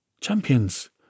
Champions